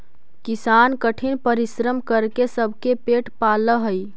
किसान कठिन परिश्रम करके सबके पेट पालऽ हइ